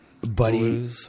Buddy